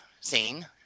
scene